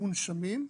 מונשמים.